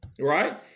right